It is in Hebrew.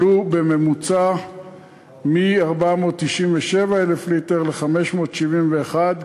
עלו בממוצע מ-497,000 ליטר ל-571,000,